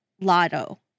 lotto